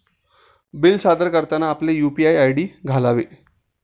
bill सादर करताना आपले यू.पी.आय आय.डी घालावे